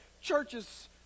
churches